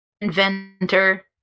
inventor